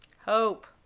Hope